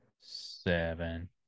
Seven